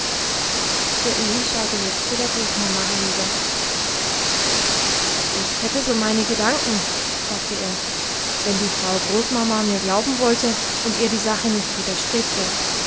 der öhi schaute jetzt zu der großmama hinüber ich hätte so meine gedanken sagte er wenn die frau großmama mir glauben wollte und ihr die sache nicht widerstrebte